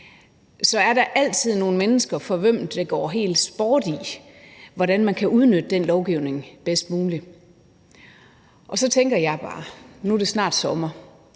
er der altid nogle mennesker, for hvem der går helt sport i at udnytte den lovgivning bedst muligt. Så tænker jeg bare på noget. Nu er det snart sommer,